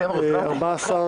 הצבעה אושר.